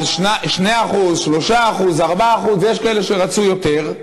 על 2%, 3%, 4%, ויש כאלה שרצו יותר,